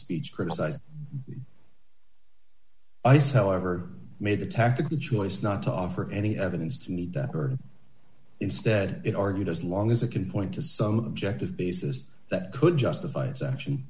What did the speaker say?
speech criticized ice however made a tactical choice not to offer any evidence to meet that or instead it argued as long as it can point to some objective basis that could justify its action